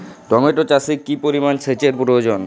Tomato চাষে কি পরিমান সেচের প্রয়োজন?